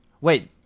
Wait